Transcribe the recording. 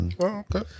okay